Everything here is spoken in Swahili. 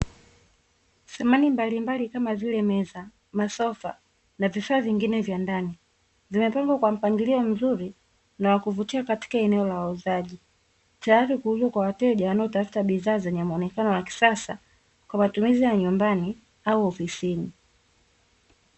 Samani mbalimbali kama vile meza, masofa na vifaa vingine vya ndani, vimepangwa kwa mpangilio mzuri na wakuvutia katika eneo la wauzaji, tayari kuuzwa kwa wateja wanaotafuta bidhaa zenye muonekano wa kisasa, kwa matumizi ya nyumbani au ofisini.